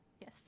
yes